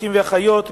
אחים ואחיות,